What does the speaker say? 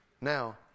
Now